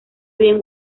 bien